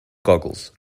goggles